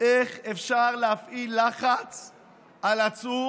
ככה אמרת, להחזיר את אמון הציבור